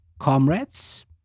Comrades